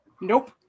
nope